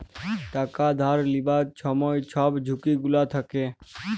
টাকা ধার লিবার ছময় ছব ঝুঁকি গুলা থ্যাকে